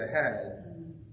ahead